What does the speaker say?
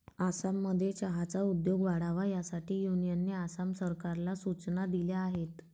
आसाममध्ये चहाचा उद्योग वाढावा यासाठी युनियनने आसाम सरकारला सूचना दिल्या आहेत